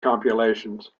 compilations